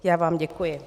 Já vám děkuji.